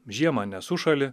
žiemą nesušąli